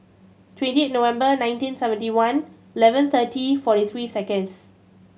twenty eight November nineteen seventy one eleven thirty forty three seconds